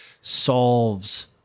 solves